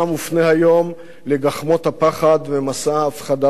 לגחמות הפחד ולמסע ההפחדה של ראש הממשלה.